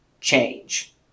change